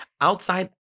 Outside